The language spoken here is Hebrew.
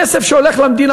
כסף שהולך למדינה,